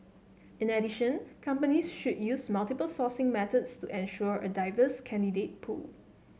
in addition companies should use multiple sourcing methods to ensure a diverse candidate pool